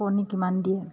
কণী কিমান দিয়ে